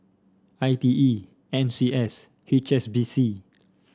I T E N C S H S B C